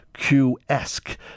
Q-esque